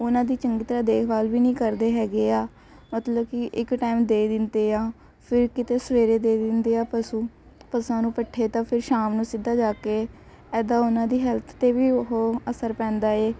ਉਹਨਾਂ ਦੀ ਚੰਗੀ ਤਰ੍ਹਾਂ ਦੇਖਭਾਲ ਵੀ ਨਹੀਂ ਕਰਦੇ ਹੈਗੇ ਆ ਮਤਲਬ ਕਿ ਇੱਕ ਟਾਈਮ ਦੇ ਦਿੰਦੇ ਆ ਫਿਰ ਕਿਤੇ ਸਵੇਰੇ ਦੇ ਦਿੰਦੇ ਆ ਪਸ਼ੂ ਪਸਾਂ ਨੂੰ ਪੱਠੇ ਤਾਂ ਫਿਰ ਸ਼ਾਮ ਨੂੰ ਸਿੱਧਾ ਜਾ ਕੇ ਇੱਦਾਂ ਉਹਨਾਂ ਦੀ ਹੈਲਥ 'ਤੇ ਵੀ ਉਹ ਅਸਰ ਪੈਂਦਾ ਏ